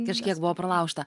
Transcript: kažkiek buvo pralaužta